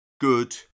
good